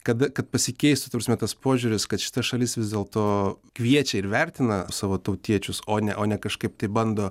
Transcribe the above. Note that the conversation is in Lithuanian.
kada kad pasikeistų ta prasme tas požiūris kad šita šalis vis dėlto kviečia ir vertina savo tautiečius o ne o ne kažkaip tai bando